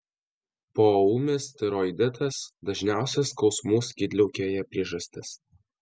poūmis tiroiditas dažniausia skausmų skydliaukėje priežastis